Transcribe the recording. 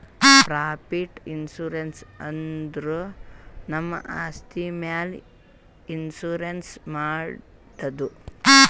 property insurance ಅಂದುರ್ ನಮ್ ಆಸ್ತಿ ಮ್ಯಾಲ್ ಇನ್ಸೂರೆನ್ಸ್ ಮಾಡದು